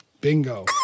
bingo